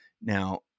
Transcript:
Now